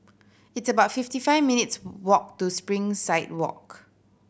it's about fifty five minutes' walk to Springside Walk